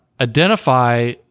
identify